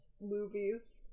Movies